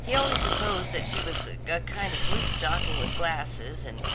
he always supposed that she was a kind of blue-stocking with glasses, and